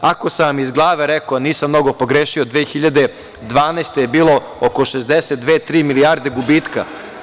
Ako sam vam iz glave rekao, nisam mnogo pogrešio, 2012. godine je bilo oko 62/63 milijarde gubitka.